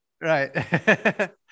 Right